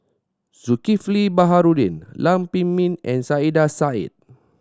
Zulkifli Baharudin Lam Pin Min and Saiedah Said